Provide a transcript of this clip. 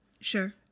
Sure